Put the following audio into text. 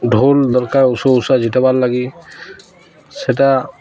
ଢ଼ୋଲ୍ ଦରକାର ଓଷୁ ଓଷା ଜିତେବାର୍ ଲାଗି ସେଟା